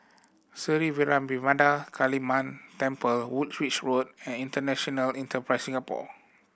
Sri Vairavimada Kaliamman Temple Woolwich Road and International Enterprise Singapore